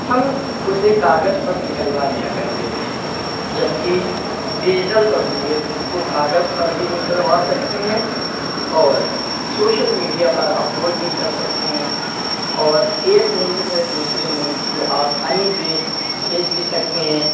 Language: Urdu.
ہم اسے کاغذ پر نکلوا لیا کرتے تھے جبکہ ڈیجیٹل تصویر کو کاغذ پر بھی نکلوا سکتے ہیں اور شوشل میڈیا پر اپلوڈ بھی کر سکتے ہیں اور ایک ملک سے دوسرے ملک وہ آسانی سے بھیج بھی سکتے ہیں